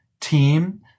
team